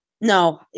No